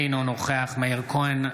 אינו נוכח מאיר כהן,